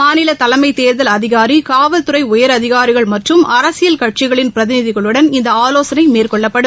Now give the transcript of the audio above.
மாநில தலைமை தேர்தல் அதிகாரி காவல்துறை உயரதிகாரிகள் மற்றும் அரசியல் கட்சிகளின் பிரதிநிதிகளுடன் இந்த ஆலோசனை மேற்கொள்ளப்படும்